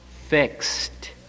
fixed